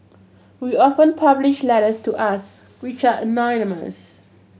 we often publish letters to us which are anonymous